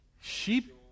Sheep